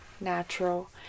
natural